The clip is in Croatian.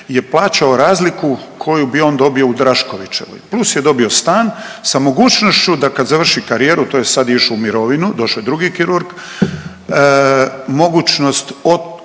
je plaćao razliku koju bi on dobio Draškovićevoj plus je dobio stan sa mogućnošću da kad završi karijeru, to je sad išao u mirovinu došao je drugi kirurg, mogućnost otkupa